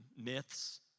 myths